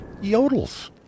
yodels